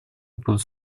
будут